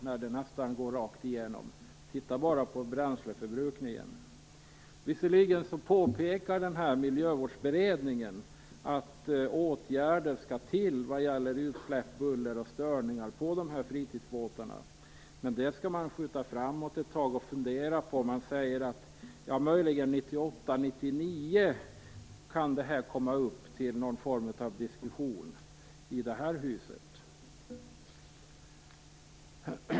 Det går ju nästan rakt igenom. Titta bara på bränsleförbrukningen! Visserligen påpekar miljövårdsberedningen att åtgärder skall vidtas mot utsläpp, buller och störningar från fritidsbåtar. Men det skall man skjuta på ett tag och fundera över. Man säger att 1998-99 kan frågan möjligen komma upp till någon form av diskussion i det här huset.